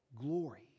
glory